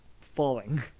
falling